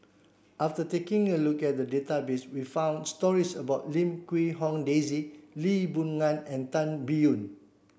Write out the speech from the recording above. after taking a look at the database we found stories about Lim Quee Hong Daisy Lee Boon Ngan and Tan Biyun